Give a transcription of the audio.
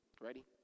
Ready